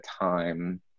time